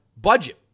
budget